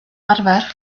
arfer